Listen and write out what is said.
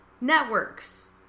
networks